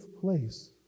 place